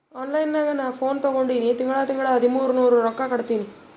online ನಾಗ್ ನಾ phone ತಗೊಂಡಿನಿ ತಿಂಗಳಾ ತಿಂಗಳಾ ಹದಿಮೂರ್ ನೂರ್ ರೊಕ್ಕಾ ಕಟ್ಟತ್ತಿನಿ